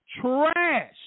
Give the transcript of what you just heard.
trash